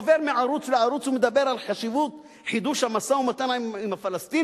עובר מערוץ לערוץ ומדבר על חשיבות חידוש המשא-ומתן עם הפלסטינים,